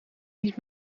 niet